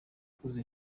kuzuza